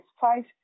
five